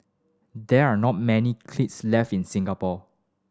there are not many kilns left in Singapore